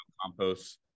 compost